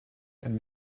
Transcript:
and